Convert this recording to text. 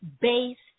based